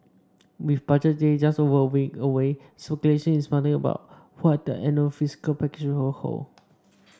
with Budget Day just over a week away speculation is mounting about what the annual fiscal package will hold